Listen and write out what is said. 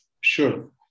Sure